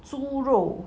猪肉